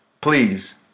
please